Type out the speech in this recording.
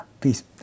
peace